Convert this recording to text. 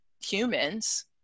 humans